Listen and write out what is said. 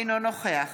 אינו נוכח